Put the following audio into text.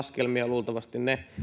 laskelmia luultavasti ne